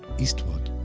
eastward,